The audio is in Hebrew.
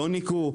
לא ניקו?